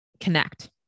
connect